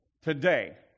today